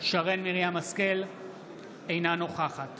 אינה נוכחת